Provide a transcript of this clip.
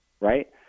right